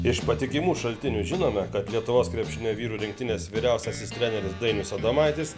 iš patikimų šaltinių žinome kad lietuvos krepšinio vyrų rinktinės vyriausiasis treneris dainius adomaitis